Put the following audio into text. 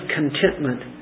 contentment